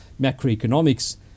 macroeconomics